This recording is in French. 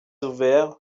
ouvert